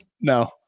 No